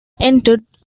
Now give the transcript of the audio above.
entered